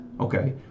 Okay